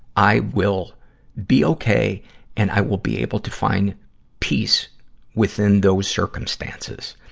i will be okay, and i will be able to find peace within those circumstances.